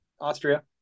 Austria